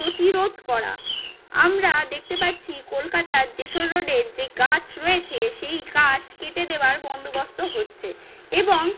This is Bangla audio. প্রতিরোধ করা আমরা দেখতে পাচ্ছি কলকাতার যশোর রোডের যে গাছ রয়েছে সেই গাছ কেটে দেওয়ার বন্দোবস্ত হচ্ছে এবং